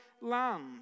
land